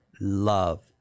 love